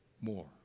more